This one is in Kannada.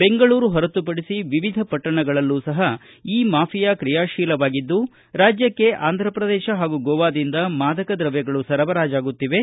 ಬೆಂಗಳೂರು ಹೊರತುಪಡಿಸಿ ವಿವಿಧ ಪಟ್ಟಣಗಳಲ್ಲೂ ಸಹ ಈ ಮಾಫಿಯಾ ಕ್ರಿಯಾಶೀಲವಾಗಿದ್ದು ರಾಜ್ಚಕ್ಕೆ ಆಂದ್ರಪ್ರದೇಶ ಹಾಗೂ ಗೋವಾದಿಂದ ಮಾದಕ ದ್ರವ್ಯಗಳು ಸರಬರಾಜಾಗುತ್ತಿವೆ